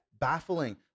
baffling